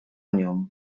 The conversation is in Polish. nią